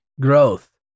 growth